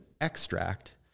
extract